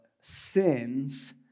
sins